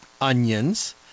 onions